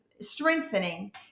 strengthening